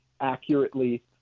accurately